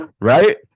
right